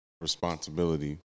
responsibility